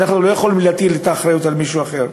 אנחנו לא יכולים להטיל את האחריות על מישהו אחר.